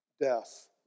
death